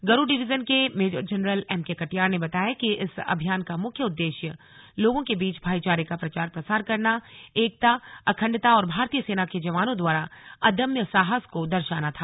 Garuda division के major general M K Katiyar ने बताया कि कि इस अभियान का मुख्य उद्देश्य लोगों के बीच भाईचारे का प्रचार प्रसार करना एकता अखण्डता और भारतीय सेना के जवानों द्वारा अदम्य साहस को दर्शाना था